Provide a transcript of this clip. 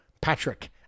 Patrick